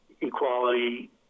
equality